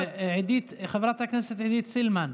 חברת הכנסת עידית סילמן.